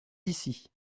d’ici